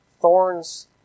thorns